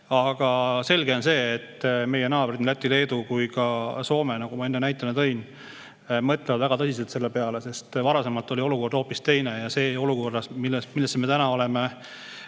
Aga selge on see, et meie naabrid, nii Läti, Leedu kui ka Soome, nagu ma enne näite tõin, mõtlevad väga tõsiselt selle peale, sest varasemalt oli olukord hoopis teine. See olukord, millesse me täna oleme